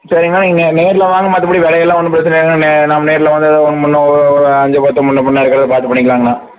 சரிங்கண்ணா நீங்கள் நேரில் வாங்க மற்றபடி விலையெல்லாம் ஒன்றும் பிரச்சினை இல்லைங்க நே நம்ம நேரில் வந்து முன்னே ஒரு அஞ்சு பத்து முன்னே பின்னே இருக்கிறத பார்த்து பண்ணிக்கலாங்கண்ணா